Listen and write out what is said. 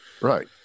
Right